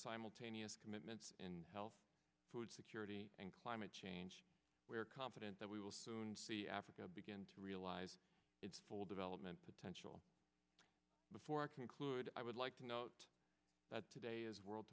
simultaneous commitments in health food security and climate change we are confident that we will soon see africa begin to realise its full development potential before i conclude i would like to note that today is world